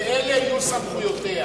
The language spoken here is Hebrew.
ואלה יהיו סמכויותיה.